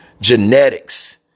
genetics